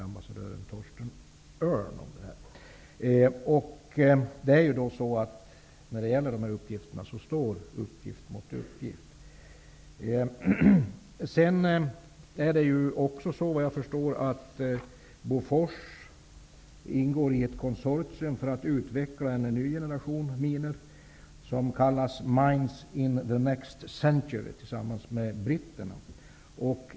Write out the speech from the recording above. Ambassadör Torsten Örn informerades också om detta. Här står uppgift mot uppgift. Bofors ingår i ett konsortium för att utveckla en ny generation minor tillsammans med britterna. De kallas Mines in the Next Century.